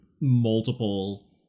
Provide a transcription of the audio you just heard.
multiple